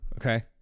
okay